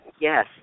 yes